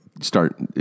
start